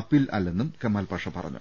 appeal അല്ലെന്നും കെമാൽ പാഷ പറഞ്ഞു